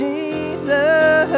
Jesus